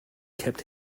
kept